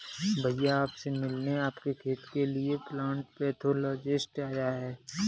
भैया आप से मिलने आपके खेत के लिए प्लांट पैथोलॉजिस्ट आया है